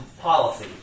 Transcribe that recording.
policy